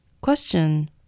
Question